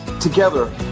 together